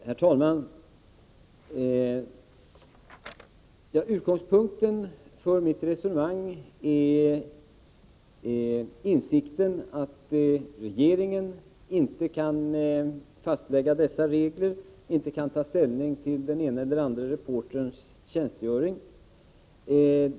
Herr talman! Utgångspunkten för mitt resonemang är insikten att regeringen inte kan fastlägga dessa regler, inte kan ta ställning till den ene eller andre reporterns tjänstgöring.